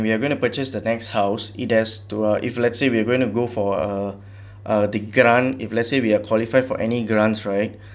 we are going to purchase the next house it has two ah if let's say we're going to go for uh uh r the grant if let's say we are qualify for any grants right